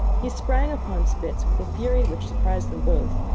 he sprang upon spitz with a fury which surprised them both,